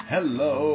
Hello